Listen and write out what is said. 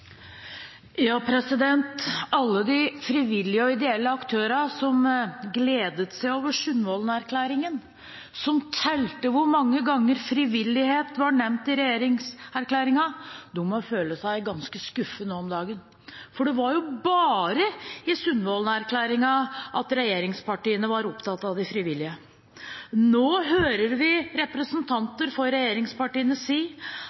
Alle de frivillige og ideelle aktørene som gledet seg over Sundvolden-erklæringen, som talte hvor mange ganger frivillighet var nevnt i regjeringserklæringen, må føle seg ganske skuffet nå om dagen. For det var jo bare i Sundvolden-erklæringen regjeringspartiene var opptatt av de frivillige. Nå hører vi representanter for regjeringspartiene si